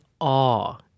awe